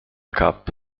cap